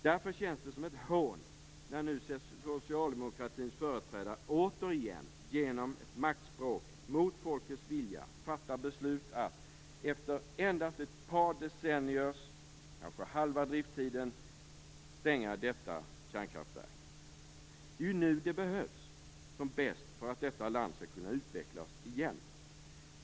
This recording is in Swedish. Därför känns det som ett hån när nu socialdemokratins företrädare återigen genom maktspråk, mot folkets vilja, fattar beslutet att efter endast ett par decennier, kanske halva drifttiden, stänga detta kärnkraftverk. Det är ju nu det behövs som bäst för att detta land skall kunna utvecklas igen.